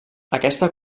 aquesta